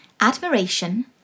admiration